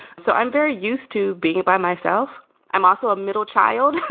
so i'm very used to being by myself i'm also a middle child,